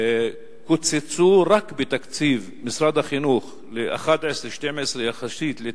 קוצצו רק בתקציב משרד החינוך ב-2011 2012,